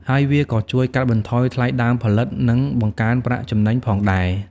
ហើយវាក៏ជួយកាត់បន្ថយថ្លៃដើមផលិត និងបង្កើនប្រាក់ចំណេញផងដែរ។